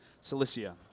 Cilicia